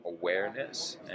awareness